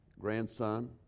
Grandson